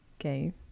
Okay